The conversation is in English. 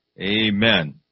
Amen